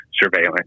surveillance